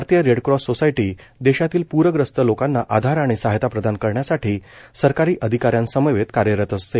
भारतीय red cross society देशातील प्रग्रस्त लोकांना आधार आणि सहायता प्रदान करण्यासाठी सरकारी अधिकाऱ्यांसमवेत कार्यरत असते